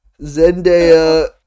Zendaya